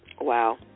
Wow